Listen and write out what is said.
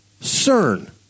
CERN